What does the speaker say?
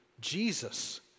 Jesus